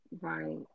right